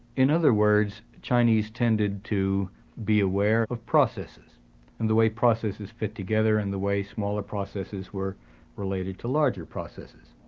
in other words, the chinese tended to be aware of processes and the way processes fit together and the way smaller processes were related to larger processes.